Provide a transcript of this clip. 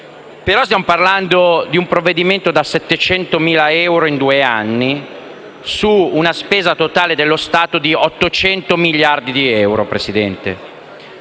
stiamo parlando di un provvedimento da 700.000 euro in due anni su una spesa totale dello Stato di 800 miliardi di euro. Siamo